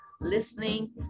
listening